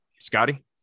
Scotty